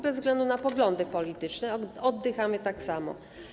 Bez względu na poglądy polityczne oddychamy tak samo.